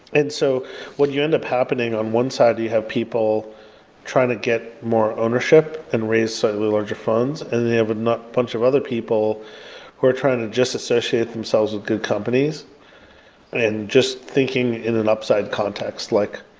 and so what you end up happening, on one side you you have people trying to get more ownership and raise slightly larger funds and then you have a bunch of other people who are trying to just associate themselves with good companies and just thinking in an upside context, like,